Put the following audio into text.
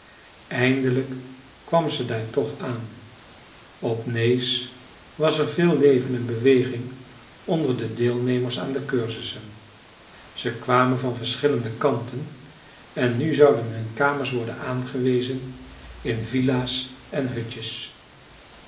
eindelijk kwam ze daar toch aan op nääs was er veel leven en beweging onder de deelnemers aan de cursussen ze kwamen van verschillende kanten en nu zouden hun kamers worden aangewezen in villa's en hutjes